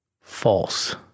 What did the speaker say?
false